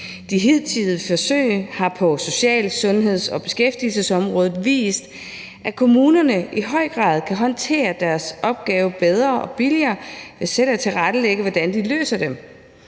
De hidtidige forsøg har på social-, sundheds- og beskæftigelsesområdet vist, at kommunerne i høj grad kan håndtere deres opgaver bedre og billigere ved selv at tilrettelægge, hvordan de løser dem.